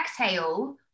exhale